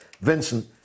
Vincent